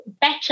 better